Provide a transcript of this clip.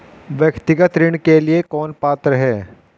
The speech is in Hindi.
व्यक्तिगत ऋण के लिए कौन पात्र है?